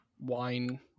wine